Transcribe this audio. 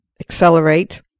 accelerate